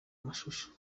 amashusho